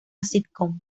sitcom